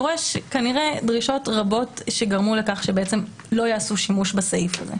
דורש כנראה דרישות רבות שגרמו לכך שלא יעשו שימוש בסעיף הזה.